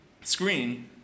screen